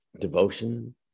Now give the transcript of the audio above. Devotion